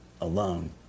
alone